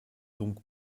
donc